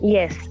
Yes